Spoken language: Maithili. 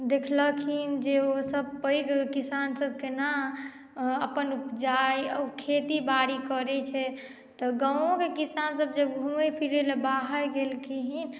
देखलखिन जे ओसभ पैघ किसानसभ केना अपन उपजा खेती बारी करै छै तऽ गांवोके किसानसभ जे घूमे फिरे लऽ बाहर गेलखिन